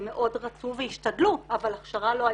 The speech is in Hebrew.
הם מאוד רצו והשתדלו, אבל הכשרה לא הייתה.